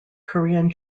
korean